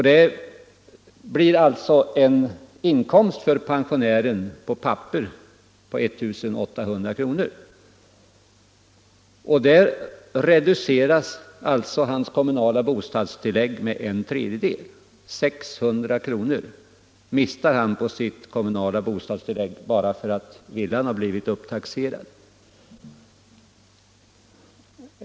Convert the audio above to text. Det blir sålunda på papperet en sammanlagd inkomst för pensionären på 1 800 kr. Och det gör att hans kommunala bostadstillägg reduceras med en tredjedel. Han mister alltså 600 kr. av sitt kommunala bostadstillägg bara för att villan har blivit upptaxerad.